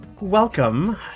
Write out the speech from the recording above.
Welcome